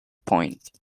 point